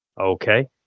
Okay